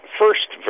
first